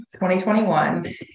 2021